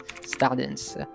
students